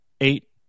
eight